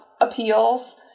appeals